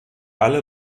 alle